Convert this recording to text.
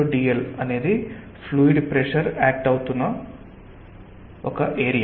dl అనేది fluid pressure act అవుతున్న ఒక ఏరియా